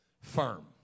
firm